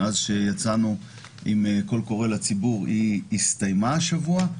מאז שיצאנו עם קול קורא לציבור הסתיימה השבוע,